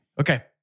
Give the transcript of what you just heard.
Okay